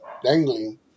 dangling